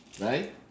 right